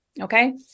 okay